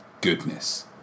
goodness